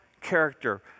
character